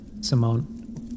simone